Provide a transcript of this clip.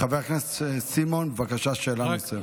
חבר הכנסת סימון, בבקשה, שאלה נוספת.